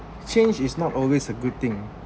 change is not always a good thing